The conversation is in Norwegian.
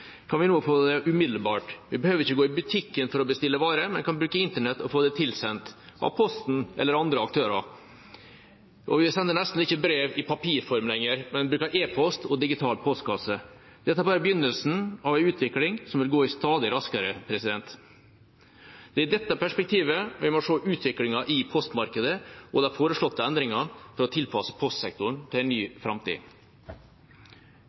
kan vi nå få det umiddelbart. Vi behøver ikke å gå i butikken for å bestille varer, men kan bruke internett og få dem tilsendt – av Posten eller andre aktører. Vi sender nesten ikke brev i papirform lenger, men bruker e-post og digital postkasse. Dette er bare begynnelsen av en utvikling som vil gå stadig raskere. Det er i dette perspektivet vi må se utviklingen i postmarkedet og de foreslåtte endringer for å tilpasse postsektoren til en